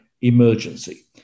emergency